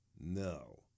No